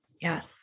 Yes